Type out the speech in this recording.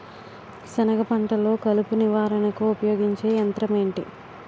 సెనగ పంటలో కలుపు నివారణకు ఉపయోగించే యంత్రం ఏంటి?